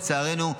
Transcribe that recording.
לצערנו,